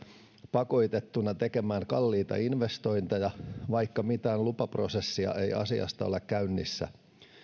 pakotettuina tekemään kalliita investointeja vaikka mitään lupaprosessia ei asiasta ole käynnissä